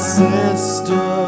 sister